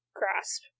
grasp